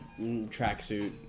tracksuit